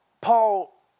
Paul